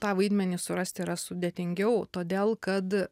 tą vaidmenį surasti yra sudėtingiau todėl kad